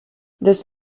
this